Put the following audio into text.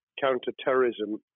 counter-terrorism